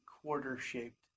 Quarter-shaped